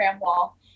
wall